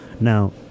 now